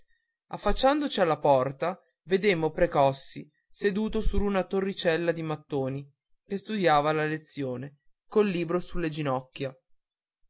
affacciandoci alla porta vedemmo precossi seduto sur una torricella di mattoni che studiava la lezione col libro sulle ginocchia